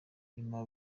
nyuma